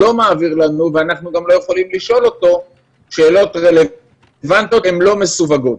יכולים לשאול אותו שאלות רלוונטיות לא מסווגות.